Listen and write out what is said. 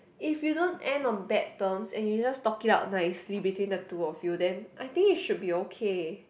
if you don't end on bad terms and you just talk it out nicely between the two of you then I think it should be okay